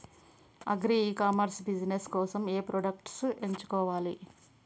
Agri e commerce business కోసము ఏ products ఎంచుకోవాలి?